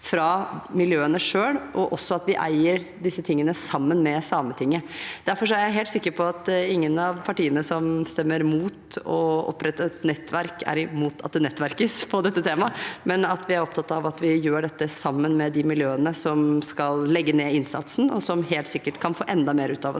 i miljøene selv, og også at vi eier dette sammen med Sametinget. Derfor er jeg helt sikker på at ingen av partiene som stemmer imot å opprette et nettverk, er imot at det bygges nettverk innen dette temaet, men at vi er opptatt av at vi gjør dette sammen med de miljøene som skal legge ned innsatsen, og som helt sikkert kan få enda mer ut av å